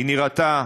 היא נראתה,